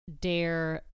dare